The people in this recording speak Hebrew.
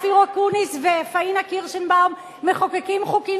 אופיר אקוניס ופניה קירשנבאום מחוקקים חוקים